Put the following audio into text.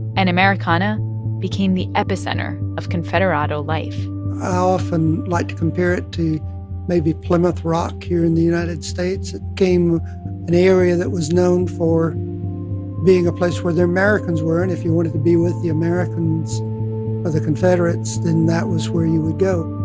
and americana became the epicenter of confederado life i often like to compare it to maybe plymouth rock here in the united states. it became an area that was known for being a place where the americans were, and if you wanted to be with the americans or the confederates, then that was where you would go